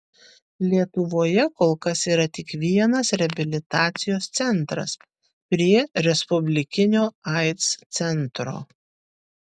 lietuvoje kol kas yra tik vienas reabilitacijos centras prie respublikinio aids centro